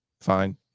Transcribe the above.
fine